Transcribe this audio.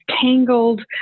tangled